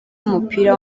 w’umupira